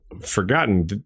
forgotten